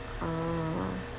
ah